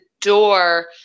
door